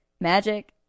magic